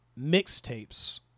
mixtapes